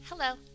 Hello